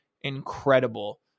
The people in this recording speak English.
incredible